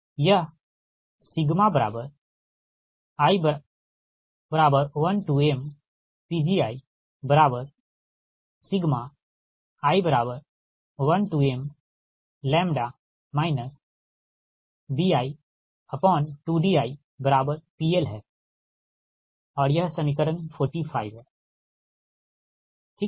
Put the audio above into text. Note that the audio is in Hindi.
यह i1mPgii1mλ bi2diPL है यह समीकरण 45 है ठीक है